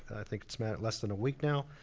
i think it's mattered less than a week now,